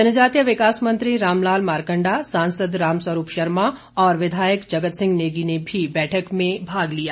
जनजातीय विकास मंत्री रामलाल मारकंडा सांसद राम स्वरूप शर्मा व विधायक जगत सिंह नेगी ने भी बैठक में भाग लिया